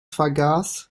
vergaß